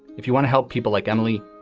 if you want to help people like emily,